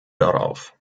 darauf